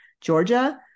Georgia